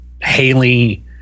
Haley